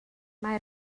mae